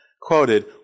quoted